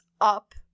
up